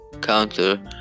counter